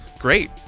great!